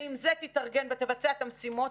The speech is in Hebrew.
ועם זה תתארגן ותבצע את המשימות,